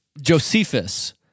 Josephus